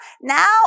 now